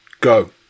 go